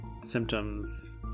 symptoms